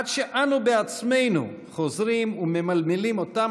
עד שאנו עצמנו חוזרים וממלמלים אותם